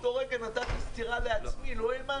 באותו רגע נתתי סטירה לעצמי.